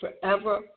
forever